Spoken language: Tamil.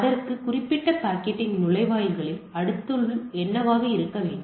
அந்த குறிப்பிட்ட பாக்கெட்டின் நுழைவாயில்களில் அடுத்தது என்னவாக இருக்க வேண்டும்